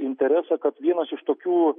interesą kad vienas iš tokių